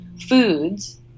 foods